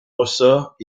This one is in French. ressort